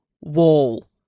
wall